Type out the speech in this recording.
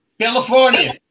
California